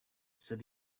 said